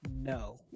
No